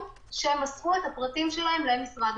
שלפני שהיא שולחת את הניידת הם מצלצלים ומוודאים,